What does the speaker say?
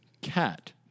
Cat